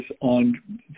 on